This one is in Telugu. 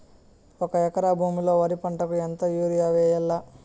ఒక ఎకరా భూమిలో వరి పంటకు ఎంత యూరియ వేయల్లా?